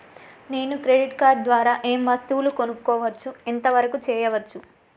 నేను credit card ద్వారా ఏం వస్తువులు కొనుక్కోవచ్చు ఎంత వరకు చేయవచ్చు?